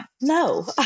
no